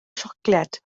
siocled